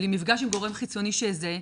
בלי מפגש עם גורם חיצוני שיזהה,